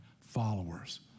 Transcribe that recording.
followers